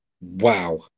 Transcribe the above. Wow